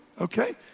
okay